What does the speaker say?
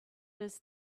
does